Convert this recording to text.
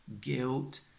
guilt